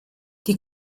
die